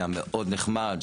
היה מאוד נחמד,